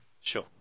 Sure